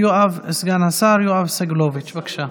סגן השר יואב סגלוביץ', בבקשה.